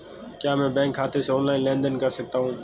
क्या मैं बैंक खाते से ऑनलाइन लेनदेन कर सकता हूं?